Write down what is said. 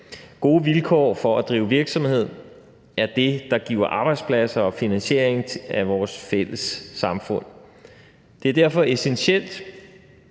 Gode vilkår for at drive virksomhed er det, der giver arbejdspladser og finansiering af vores fælles samfund. Det er derfor essentielt,